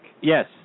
Yes